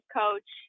coach